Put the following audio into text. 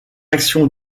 action